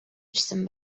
ирсэн